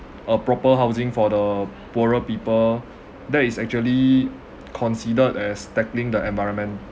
a proper housing for the poorer people that is actually considered as tackling the environmental